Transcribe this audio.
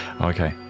Okay